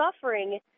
suffering –